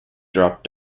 dropped